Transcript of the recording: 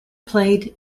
played